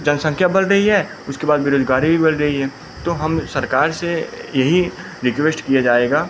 जनसंख्या बढ़ रही है उसके बाद बेरोज़गारी भी बढ़ रही है तो हम सरकार से यही रिक्वेश्ट किया जाएगा